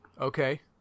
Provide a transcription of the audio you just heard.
Okay